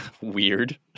Weird